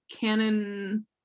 canon